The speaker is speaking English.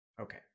Okay